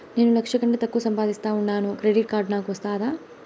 నేను లక్ష కంటే తక్కువ సంపాదిస్తా ఉండాను క్రెడిట్ కార్డు నాకు వస్తాదా